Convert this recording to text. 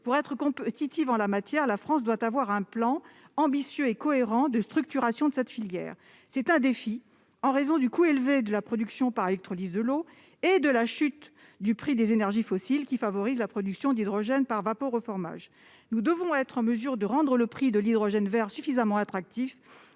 Pour être compétitive en la matière, la France doit avoir un plan ambitieux et cohérent de structuration de cette filière. C'est un défi en raison du coût élevé de la production par électrolyse de l'eau et de la chute du prix des énergies fossiles, deux éléments qui favorisent la production d'hydrogène par vaporeformage. Nous devons être en mesure de rendre le prix de l'hydrogène vert suffisamment attractif